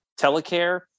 Telecare